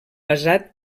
basat